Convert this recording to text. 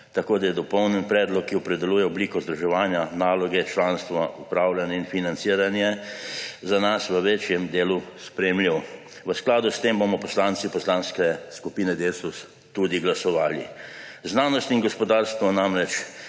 tako da je dopolnjen predlog, ki opredeljuje obliko združevanja, naloge, članstvo, upravljanje in financiranje za nas v večjem delu sprejemljiv. V skladu s tem bomo poslanci Poslanke skupine Desus tudi glasovali. Znanost in gospodarstvo namreč